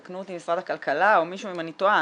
תקנו אותי משרד הכלכלה או מישהו אם אני טועה,